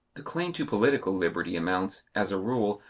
the claim to political liberty amounts, as a rule,